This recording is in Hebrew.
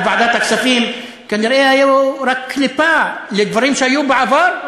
בוועדת הכספים כנראה היו רק קליפה של דברים שהיו בעבר,